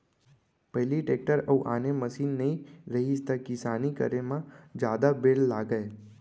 पहिली टेक्टर अउ आने मसीन नइ रहिस त किसानी करे म जादा बेर लागय